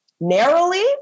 narrowly